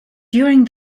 during